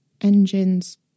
engines